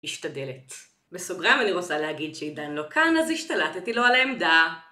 משתדלת. בסוגריים אני רוצה להגיד שעידן לא כאן, אז השתלטתי לו על העמדה.